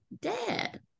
dad